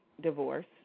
divorce